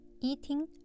eating